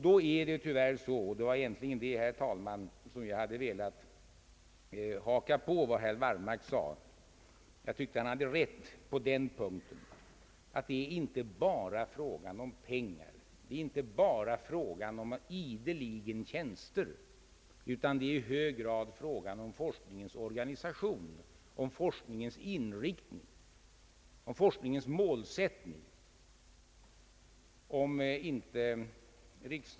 Då är det tyvärr så — det var egentligen där, herr talman, som jag hade velat haka på vad herr Wallmark sade, ty jag tyckte att han hade rätt på den punkten att det inte bara är en fråga om pengar, inte bara en fråga om nya tjänster, utan det är i hög grad fråga om forskningens organisation, forskningens inriktning och forskningens målsättning.